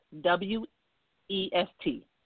W-E-S-T